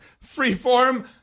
Free-form